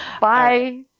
Bye